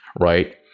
right